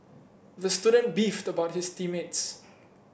the student beefed about his team mates